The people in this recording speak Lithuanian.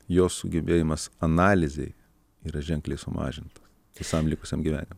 jo sugebėjimas analizei yra ženkliai sumažintas visam likusiam gyvenimui